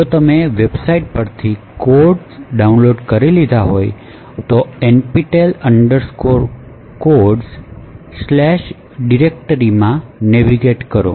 જો તમે વેબસાઇટ પરથી કોડ્સ ડાઉનલોડ કર્યા છે તો NPTEL CODES ડિરેક્ટરી માં નેવિગેટ કરો